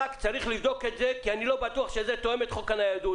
צריך לבדוק את זה כי אני לא בטוח שזה תואם את חוק הניידות.